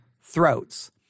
throats